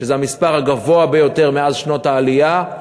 שזה המספר הגדול ביותר מאז שנות העלייה.